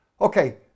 Okay